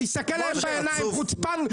תסתכל להם בעיניים, חוצפן.